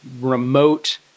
remote